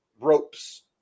ropes